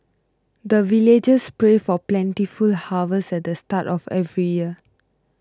the villagers pray for plentiful harvest at the start of every year